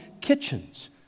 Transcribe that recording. kitchens